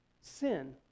sin